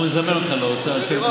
אנחנו נזמן אותך לאוצר,